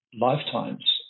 lifetimes